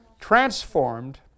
transformed